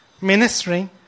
ministering